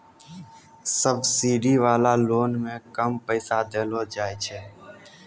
subsidy वाला loan मे कम पैसा देलो जाय छै